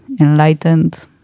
enlightened